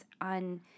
on